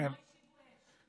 זה כי הם לא השיבו אש.